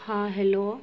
ہاں ہیلو